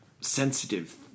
sensitive